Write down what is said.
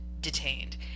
detained